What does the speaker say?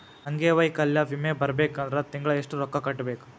ಅಂಗ್ವೈಕಲ್ಯ ವಿಮೆ ಬರ್ಬೇಕಂದ್ರ ತಿಂಗ್ಳಾ ಯೆಷ್ಟ್ ರೊಕ್ಕಾ ಕಟ್ಟ್ಬೇಕ್?